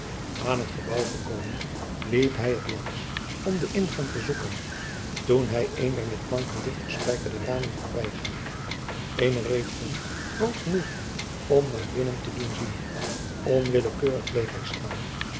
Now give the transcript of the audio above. aan het gebouw gekomen liep hij het langs om den ingang te zoeken toen hij een der met planken dichtgespijkerde ramen voorbijgaande eene reet vond groot genoeg om naar binnen te doen zien onwillekeurig bleef hij staan